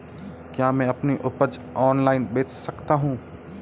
क्या मैं अपनी उपज ऑनलाइन बेच सकता हूँ?